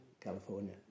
California